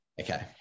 Okay